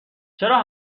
چرا